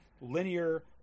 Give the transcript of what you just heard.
linear